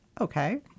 Okay